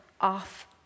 off